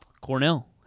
Cornell